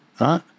right